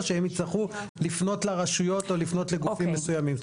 או שהם יצטרכו לפנות לרשויות או לפנות לגופים מסוימים?